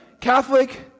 Catholic